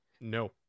No